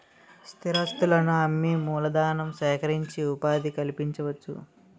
స్థిరాస్తులను అమ్మి మూలధనం సేకరించి ఉపాధి కల్పించవచ్చు